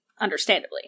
understandably